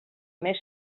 més